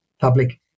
public